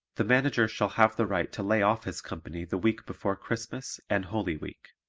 the manager shall have the right to lay off his company the week before christmas and holy week